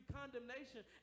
condemnation